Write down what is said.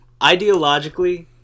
ideologically